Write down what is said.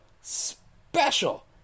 special